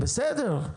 בסדר,